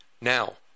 now